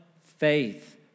faith